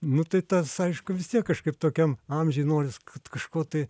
nu tai tas aišku vis tiek kažkaip tokiam amžiuj norisi kažko tai